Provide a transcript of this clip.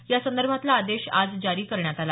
यासंदर्भातला आदेश आज जारी करण्यात आला